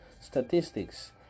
statistics